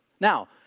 Now